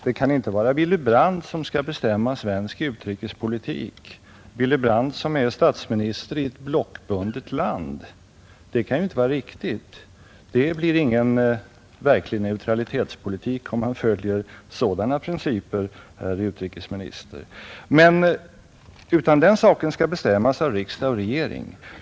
Det kan inte vara Willy Brandt som skall bestämma svensk utrikespolitik, Willy Brandt som är statsminister i ett blockbundet land. Det kan ju inte vara riktigt. Det blir ingen verklig neutralitetspolitik om man väljer sådana principer, herr utrikesminister! Den saken skall bestämmas av riksdag och regering.